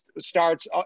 starts